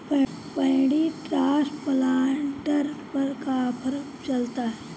Paddy transplanter पर का offer चलता?